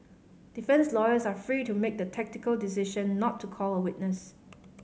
defence lawyers are free to make the tactical decision not to call a witness